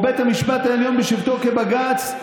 או בית המשפט העליון בשבתו כבג"ץ,